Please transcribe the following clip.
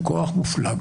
זה המודל.